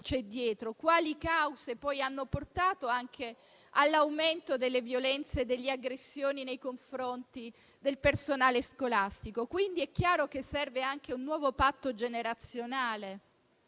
quali cause poi hanno portato anche all'aumento delle violenze e delle aggressioni nei confronti del personale scolastico. È quindi chiaro che serve anche un nuovo patto generazionale